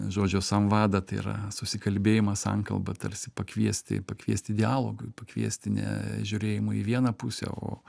žodžio samvada tai yra susikalbėjimas sankalba tarsi pakviesti pakviesti dialogui pakviesti ne žiūrėjimo į vieną pusę o